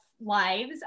lives